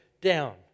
down